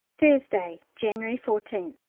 thursday, january fourteenth.